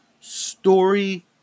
story